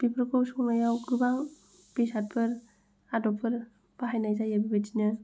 बेफोरखौ संनायाव गोबां बेसादफोर आदबफोर बाहायनाय जायो बेबादिनो